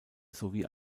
sowie